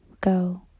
go